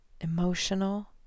emotional